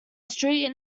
street